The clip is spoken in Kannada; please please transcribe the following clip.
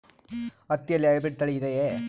ಹತ್ತಿಯಲ್ಲಿ ಹೈಬ್ರಿಡ್ ತಳಿ ಇದೆಯೇ?